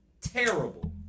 terrible